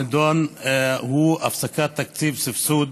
הנדון הוא הפסקת תקציב סבסוד